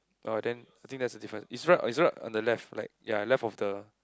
uh then I think that's a difference is right is right on the left like ya left of the